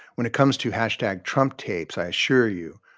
when it comes to, hashtag, trump tapes, i assure you